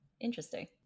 Interesting